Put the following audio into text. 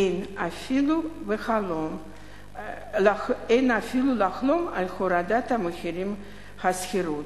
אין אפילו לחלום על הורדת מחירי השכירות.